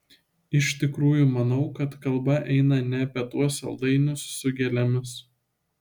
iš tikrųjų manau kad kalba eina ne apie tuos saldainius su gėlėmis